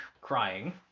crying